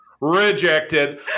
rejected